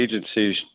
agencies